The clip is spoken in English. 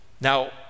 Now